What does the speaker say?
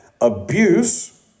abuse